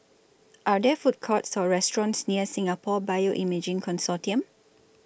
Are There Food Courts Or restaurants near Singapore Bioimaging Consortium